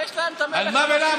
מה, יש להם את, על מה ולמה?